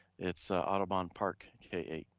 it's audubon park k eight.